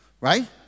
Right